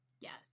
yes